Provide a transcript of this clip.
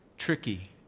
tricky